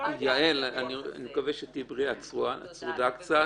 לא היה ויכוח כזה.